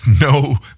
no